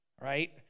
right